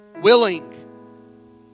willing